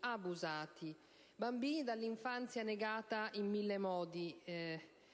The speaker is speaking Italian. abusati. Bambini dall'infanzia negata in mille modi: